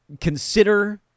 consider